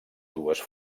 dues